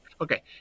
Okay